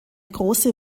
große